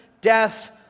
death